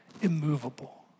immovable